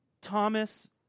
Thomas